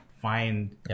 find